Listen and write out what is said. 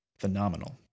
phenomenal